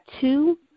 two